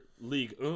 league